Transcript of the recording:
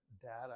data